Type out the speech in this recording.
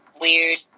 weird